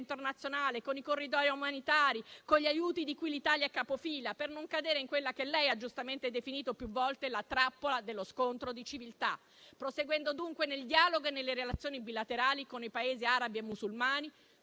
internazionale, con i corridoi umanitari, con gli aiuti di cui l'Italia è capofila, per non cadere in quella che lei ha giustamente definito più volte la trappola dello scontro di civiltà, proseguendo dunque nel dialogo e nelle relazioni bilaterali con i Paesi arabi e musulmani